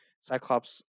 Cyclops